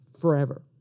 forever